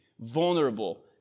vulnerable